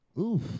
oof